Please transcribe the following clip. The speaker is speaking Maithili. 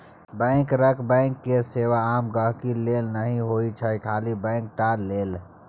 बैंकरक बैंक केर सेबा आम गांहिकी लेल नहि होइ छै खाली बैंक टा लेल